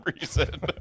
reason